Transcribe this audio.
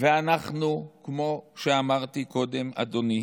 ואנחנו, כמו שאמרתי קודם, אדוני,